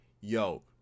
yo